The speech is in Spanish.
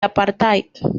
apartheid